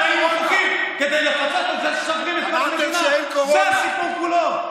זה הסיפור כולו.